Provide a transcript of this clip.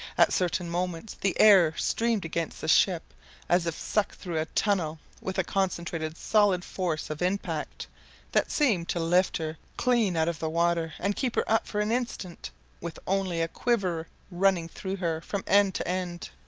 at certain moments the air streamed against the ship as if sucked through a tunnel with a concentrated solid force of impact that seemed to lift her clean out of the water and keep her up for an instant with only a quiver running through her from end to end.